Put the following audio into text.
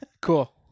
Cool